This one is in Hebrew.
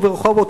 וברחובות,